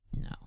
No